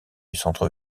centre